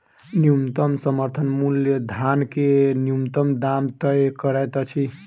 न्यूनतम समर्थन मूल्य धान के न्यूनतम दाम तय करैत अछि